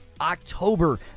October